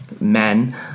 men